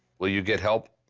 will you get help?